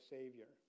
Savior